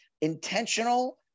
intentional